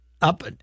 up